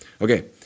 Okay